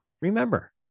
Remember